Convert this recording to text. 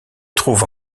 trouve